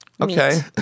Okay